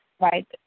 right